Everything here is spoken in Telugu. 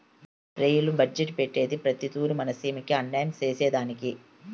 రెయిలు బడ్జెట్టు పెట్టేదే ప్రతి తూరి మన సీమకి అన్యాయం సేసెదానికి